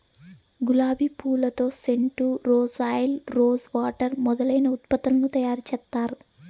గులాబి పూలతో scent, rose oil, rose water మొదలైన ఉత్పత్తులను తయారు చేత్తారు